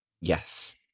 Yes